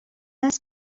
است